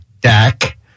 Dak